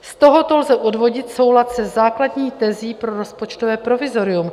Z tohoto lze odvodit soulad se základní tezí pro rozpočtové provizorium.